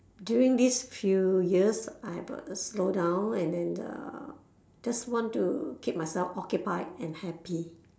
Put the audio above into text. during these few years I got uh slowdown and then uh just want to keep myself occupied and happy